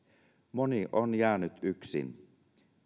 moni on jäänyt yksin